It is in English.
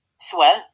Swell